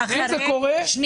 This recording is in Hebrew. אם זה קורה,